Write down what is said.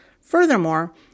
Furthermore